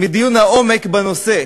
מדיון העומק בנושא,